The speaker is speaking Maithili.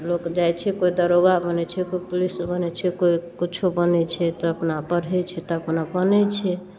लोक जाए छै कोइ दरोगा बनै छै कोइ पुलिस बनै छै कोइ किछु बनै छै तऽ अपना पढ़ै छै तऽ अपन बनै छै